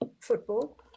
football